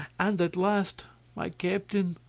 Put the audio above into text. and at last my captain,